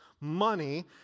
Money